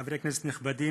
חברי כנסת נכבדים,